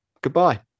Goodbye